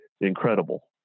incredible